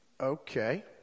Okay